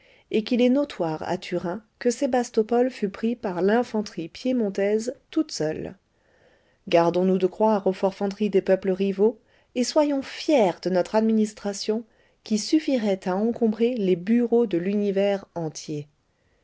et qu'il est notoire à turin que sébastopol fut pris par l'infanterie piémontaise toute seule gardons-nous de croire aux forfanteries des peuples rivaux et soyons fiers de notre administration qui suffirait à encombrer les bureaux de l'univers entier